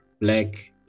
black